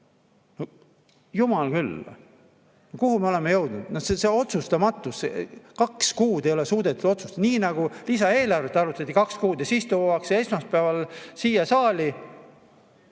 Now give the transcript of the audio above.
Jumal küll, kuhu me oleme jõudnud! See on see otsustamatus. Kaks kuud ei ole suudetud otsustada. Nii nagu lisaeelarvet arutati kaks kuud, siis toodi see esmaspäeval siia saali